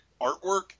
artwork